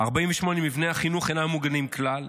48% ממבני החינוך אינם ממוגנים כלל,